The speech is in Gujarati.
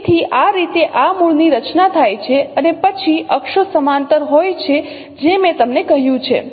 તેથી આ રીતે આ મૂળની રચના થાય છે અને પછી અક્ષો સમાંતર હોય છે જે મેં તમને કહ્યું છે